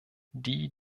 die